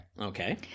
Okay